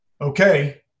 okay